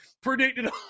predicted